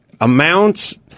amounts